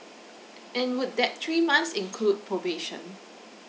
and would that three months include probation